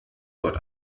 dort